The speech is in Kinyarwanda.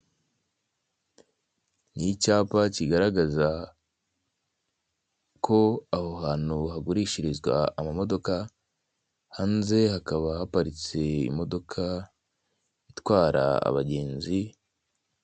Ni icyapa kigaragaza ko aho hantu hagurishirizwa amamodoka, hanze hakaba haparitse imodoka itwara abagenzi.